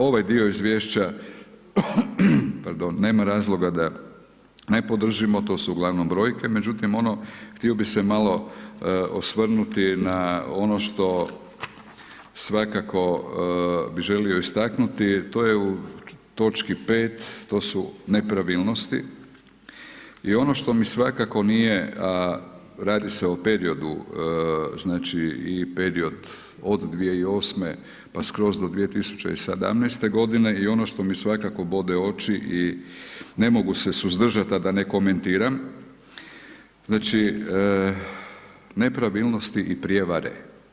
Ovaj dio izvješća, pardon, nema razloga da ne podržimo to su uglavnom brojke, međutim ono htio bi se malo osvrnuti na ono što svakako bi želio istaknuti to je u točki 5. to su nepravilnosti i ono što mi svakako nije, a radi se o periodu znači i period od 2008. pa skroz do 2017. godine i ono što mi svakako bode oči i ne mogu se suzdržat a da ne komentiram, znači nepravilnosti i prijevare.